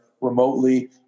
remotely